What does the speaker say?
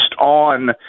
on